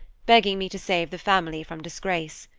begging me to save the family from disgrace.